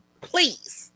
Please